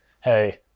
Hey